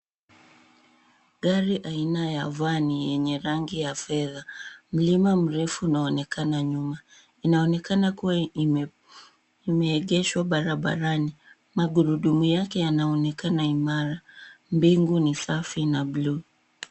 Gari aina ya van yenye rangi ya fedha mlima mrefu unaonekana nyuma, inaonekana kuwa imeegeshwa barabarani magurudumu yake yanaonekana imara mbingu ni safi na bluu.